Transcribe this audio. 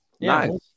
Nice